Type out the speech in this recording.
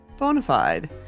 Bonafide